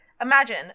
Imagine